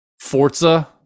Forza